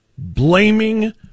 Blaming